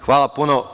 Hvala puno.